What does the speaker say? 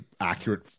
accurate